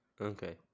Okay